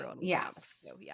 Yes